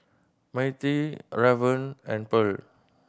Mattie Raven and Pearl